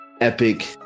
epic